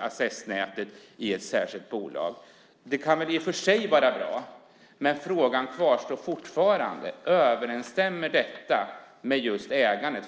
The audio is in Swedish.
accessnätet i ett särskilt bolag. Det kan väl i och för sig vara bra. Men frågan kvarstår fortfarande: Överensstämmer detta med just ägandet?